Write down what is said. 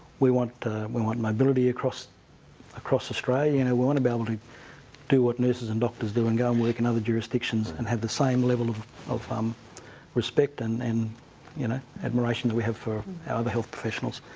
we want we want mobility across across australia and we want to be able to do what nurses and doctors do and go and work in other jurisdictions and have the same level of of um respect and and you know admiration that we have for our other health professionals.